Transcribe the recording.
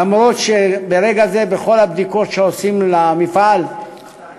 למרות שברגע זה, בכל הבדיקות שעושים למפעל, מתי?